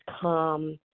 come